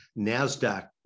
NASDAQ